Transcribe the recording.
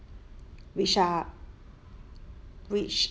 which are which